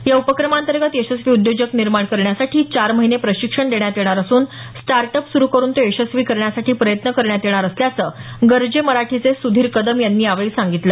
या उपक्रमाअंतर्गत यशस्वी उद्योजक निर्माण करण्यासाठी चार महिने प्रशिक्षण देण्यात येणार असून स्टार्ट अप सुरु करुन तो यशस्वी करण्यासाठी प्रयत्न करण्यात येणार असल्याचं गर्जे मराठीचे सुधीर कदम यांनी यावेळी सांगितलं